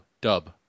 Dub